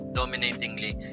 dominatingly